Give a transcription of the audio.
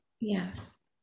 yes